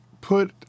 put